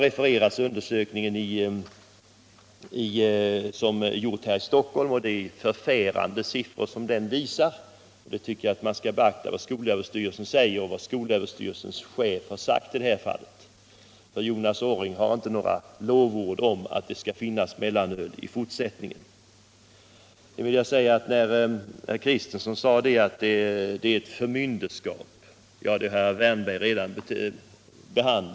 En undersökning som har gjorts här i Stockholm visar förfärande siffror, och jag tycker också att man skall beakta vad skolöverstyrelsens chef Jonas Orring har sagt i detta fall. Han har inga lovord för mellanölet och dess existens i fortsättningen. Herr Kristenson sade sedan att det är förmynderskap att ta bort mellanölet. Den saken har herr Wärnberg redan bemött.